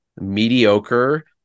mediocre